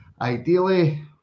ideally